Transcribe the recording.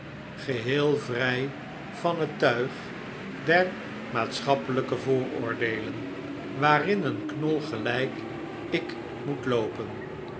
geheel vrij van het tuig der maatschappelijke vooroordeelen waarin een knol gelijk ik moet loopen